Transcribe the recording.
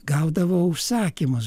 gaudavo užsakymus